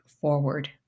forward